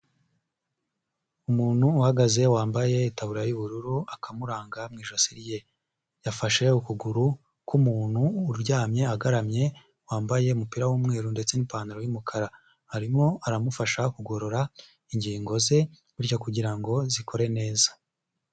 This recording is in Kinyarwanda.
Umuntu uhagaze wambaye itaburiya y'ubururu, akamuranga mu ijosi rye. Yafashe ukuguru k'umuntu uryamye agaramye wambaye umupira w'umweru ndetse n'ipantaro y'umukara, arimo aramufasha kugorora ingingo ze bityo kugira ngo zikore neza.